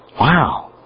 Wow